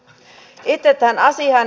itse tähän asiaan